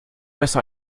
besser